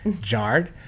jarred